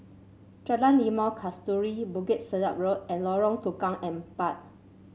Jalan Limau Kasturi Bukit Sedap Road and Lorong Tukang Empat